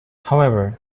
however